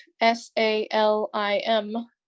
s-a-l-i-m